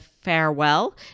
Farewell